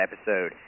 episode